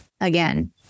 again